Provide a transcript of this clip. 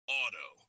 auto